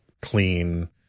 clean